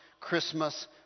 Christmas